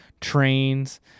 trains